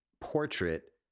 portrait